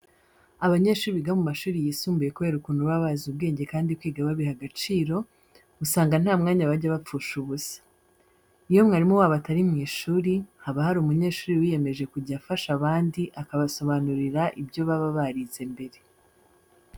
Abanyeshuri biga mu mashuri yisumbuye kubera ukuntu baba bazi ubwenge kandi kwiga babiha agaciro, usanga nta mwanya bajya bapfusha ubusa. Iyo umwarimu wabo atari mu ishuri haba hari umunyeshuri wiyemeje kujya afasha abandi akabasobanurira ibyo baba barize mbere.